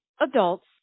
adults